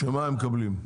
שמה הם מקבלים?